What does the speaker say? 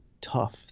tough